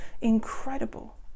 incredible